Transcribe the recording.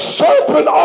serpent